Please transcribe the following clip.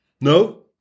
No